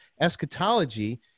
Eschatology